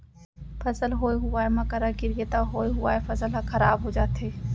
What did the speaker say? फसल होए हुवाए म करा गिरगे त होए हुवाए फसल ह खराब हो जाथे